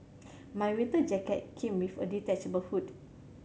my winter jacket came with a detachable hood